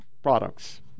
Products